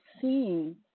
seeing